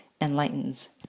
enlightens